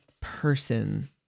person